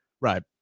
Right